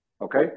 Okay